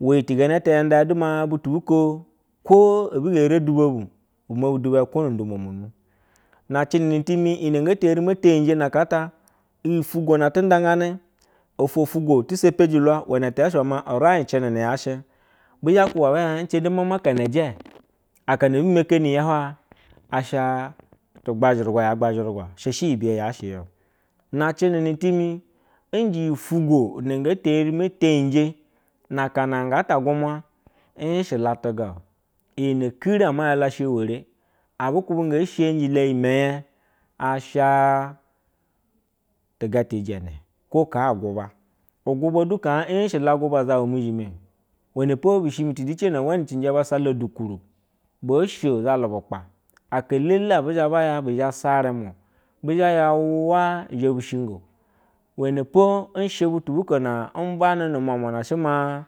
uwe yi tunganata ya nda ma butu buko ko ebige eri odubo bu bo dubo ya ko nunu, na cenewe timi iyi ne ga te eri mate yije na akata yi fugwo na atinda nda gaga ofwo tu gwo etishapeji ulua wene tuya she we ma yi lenene yache bizha kuba kube hie nriba dema kana na je, akama ebi makeni ijya huwaye asha shɛ ye beye yashe yo na cenemi time nje yi fulona nge gluma nyeshe cere abihube nje shigi yeme ye usha tiga ti ijenek no ka uguba, uguba duka nyi she la guba zawa mezhimio uwenepo bishi me tideke na wei waje basako dukunu bosho zalu bukpaa, aka lele abuyaba zhe saremun bishaya wa izhe bu shigo wenepo ushe buko ba umbanu numnamua she maa.